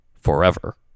forever